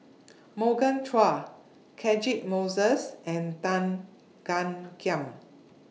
Morgan Chua Catchick Moses and Tan Gan Kiam